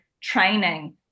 training